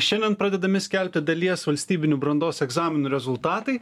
šiandien pradedami skelbti dalies valstybinių brandos egzaminų rezultatai